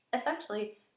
essentially